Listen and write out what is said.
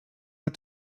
had